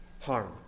harm